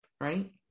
right